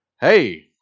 Hey